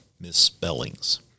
misspellings